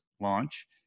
launch